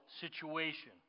situation